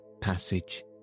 passage